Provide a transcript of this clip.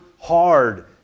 hard